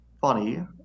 funny